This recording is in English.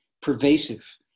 pervasive